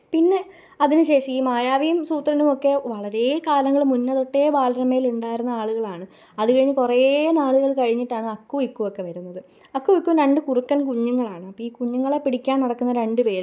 പിന്നെ അതിന് ശേഷം ഈ മായാവിയും സൂത്രനും ഒക്കെ വളരെ കാലങ്ങൾ മുന്നെ തൊട്ടേ ബാലരമയിൽ ഉണ്ടായിരുന്ന ആളുകളാണ് അതുകഴിഞ്ഞ് കുറേ നാളുകൾ കഴിഞ്ഞിട്ടാണ് അക്കു ഇക്കു ഒക്കെ വരുന്നത് അക്കുവും ഇക്കുവും രണ്ട് കുറുക്കന് കുഞ്ഞുങ്ങളാണ് അപ്പം ഈ കുഞ്ഞുങ്ങളെ പിടിക്കാന് നടക്കുന്ന രണ്ട് പേർ